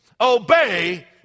obey